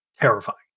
Terrifying